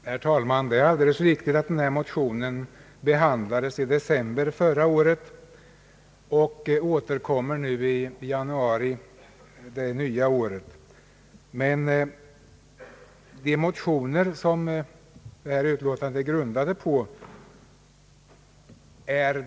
Herr talman! Det är alldeles riktigt att denna fråga behandlades i december förra året, men det ligger ett år emellan avlämnandet av de motioner som debatterna är grundade på.